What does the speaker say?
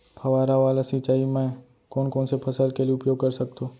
फवारा वाला सिंचाई मैं कोन कोन से फसल के लिए उपयोग कर सकथो?